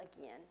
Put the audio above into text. again